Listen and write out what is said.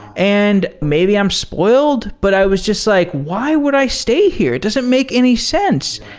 and maybe i'm spoiled, but i was just like, why would i stay here? it doesn't make any sense.